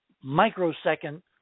microsecond